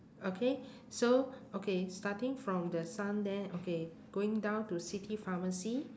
okay so okay starting from the sun there okay going down to city pharmacy